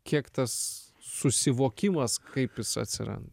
kiek tas susivokimas kaip jis atsiranda